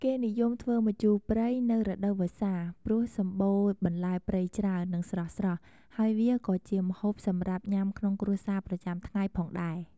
គេនិយមធ្វើម្ជូរព្រៃនៅរដូវវស្សា ព្រោះសម្បូរបន្លែព្រៃច្រើន និងស្រស់ៗ ហើយវាក៏ជាម្ហូបសម្រាប់ញ៉ាំក្នុងគ្រួសារប្រចាំថ្ងៃផងដែរ។